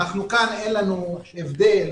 כאן אין לנו הבדל